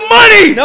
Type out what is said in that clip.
money